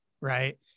right